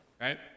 right